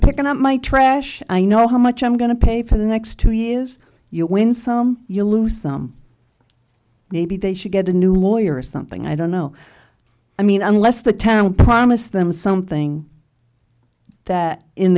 picking up my trash i know how much i'm going to pay for the next two years you win some you lose them maybe they should get a new lawyer or something i don't know i mean unless the town promised them something that in